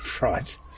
right